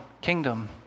kingdom